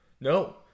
No